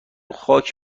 خاک